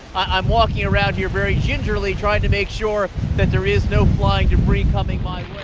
i'm walking around here very gingerly trying to make sure that there is no flying debris coming my